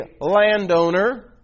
landowner